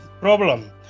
Problem